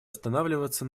останавливаться